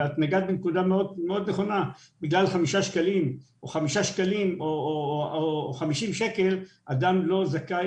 נגעת בנקודה נכונה שבגלל חמישה שקלים או 50 שקלים אדם לא זכאי